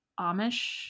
Amish